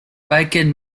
bacon